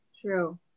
True